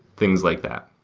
things like that.